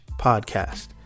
podcast